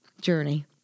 journey